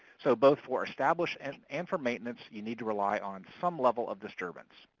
so both for establishment and for maintenance, you need to rely on some level of disturbance.